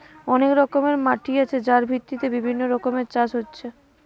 অনেক রকমের মাটি আছে যার ভিত্তিতে বিভিন্ন রকমের চাষ হচ্ছে